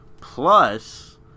Plus